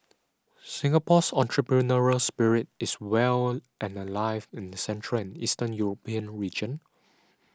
Singapore's entrepreneurial spirit is well and alive in the central and Eastern European region